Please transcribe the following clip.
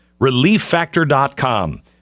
relieffactor.com